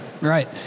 Right